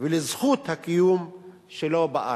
ולזכות הקיום שלו בארץ.